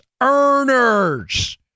earners